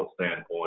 standpoint